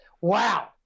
Wow